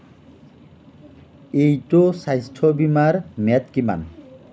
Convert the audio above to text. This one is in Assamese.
এইটো স্বাস্থ্য বীমাৰ ম্যাদ কিমান